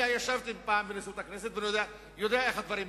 אני ישבתי פעם בנשיאות הכנסת ואני יודע איך הדברים מתנהלים.